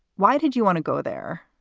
why did you want to go there?